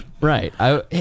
Right